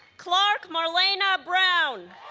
clarque marlana brown